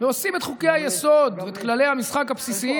ועושים את חוקי-היסוד ואת כללי המשחק הבסיסיים